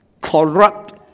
corrupt